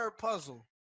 puzzle